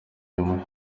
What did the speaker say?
hanyuma